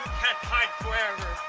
can't hide forever.